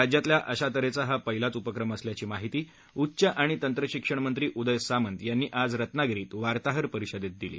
राज्यातला अशा तऱ्हेचा हा पहिलाच उपक्रम असल्याची माहिती उच्च आणि तंत्रशिक्षण मंत्री उदय सामंत यांनी आज रत्नागिरीत वार्ताहर परिषदेत दिली